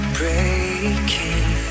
breaking